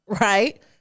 Right